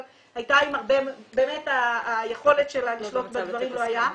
אבל היכולת שלה לשלוט בדברים לא הייתה.